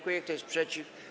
Kto jest przeciw?